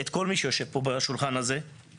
אני צריך את כל מי שיושב פה בשולחן הזה על